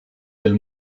del